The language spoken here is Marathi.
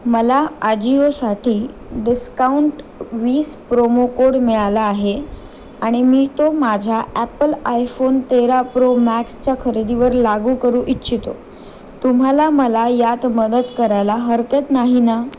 मला आजिओसाठी डिस्काउंट वीस प्रोमो कोड मिळाला आहे आणि मी तो माझ्या ॲपल आयफोन तेरा प्रो मॅक्सच्या खरेदीवर लागू करू इच्छितो तुम्हाला मला यात मदत करायला हरकत नाही ना